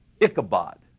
Ichabod